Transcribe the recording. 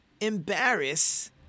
embarrass